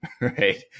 right